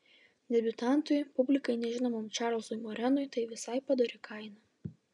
debiutantui publikai nežinomam čarlzui morenui tai visai padori kaina